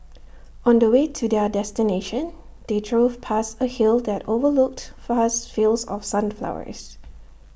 on the way to their destination they drove past A hill that overlooked vast fields of sunflowers